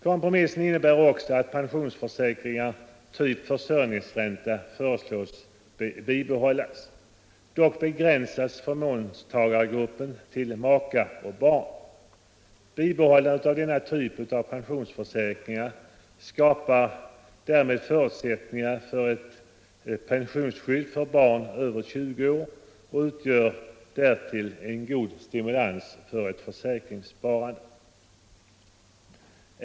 Kompromissen innebär också att pensionsförsäkringar av typ försörjningsränta föreslås bibehållas. Dock begränsas förmånstagargruppen till maka och barn. Bibehållandet av denna typ av pensionsförsäkringar skapar därmed förutsättningar för ett pensionsskydd för barn över 20 år och utgör därtill en god stimulans till ett försäkringssparande.